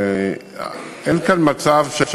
אין כאן מצב של